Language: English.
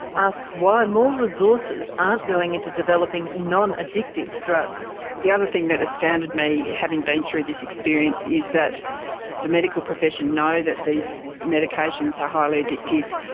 asks why more resources aren't going into developing non-addictive drugs. the other thing that astounded me, having been through this experience, is that the medical profession know that these medications are highly addictive,